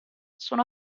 sono